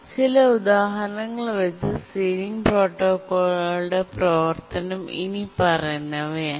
ചില ഉദാഹരണങ്ങൾ വച്ചു സീലിംഗ് പ്രോട്ടോക്കോളുകളുടെ പ്രവർത്തനം ഇനിപ്പറയുന്നവയാണ്